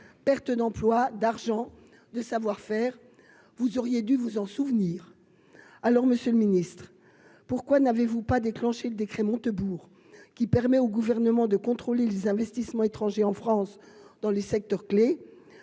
perte d'emploi, d'argent, de savoir-faire, vous auriez dû vous en souvenir, alors Monsieur le Ministre, pourquoi n'avez-vous pas déclenché le décret Montebourg qui permet au gouvernement de contrôler les investissements étrangers en France dans les secteurs-clés :